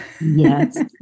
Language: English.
Yes